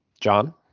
John